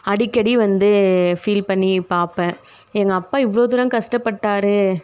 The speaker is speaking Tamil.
அடிக்கடி வந்து ஃபீல் பண்ணி பார்ப்பேன் எங்கள் அப்பா இவ்வளோ தூரம் கஷ்டப்பட்டார்